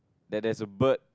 that there's a bird